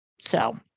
So-